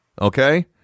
Okay